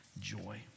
joy